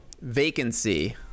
vacancy